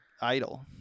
idle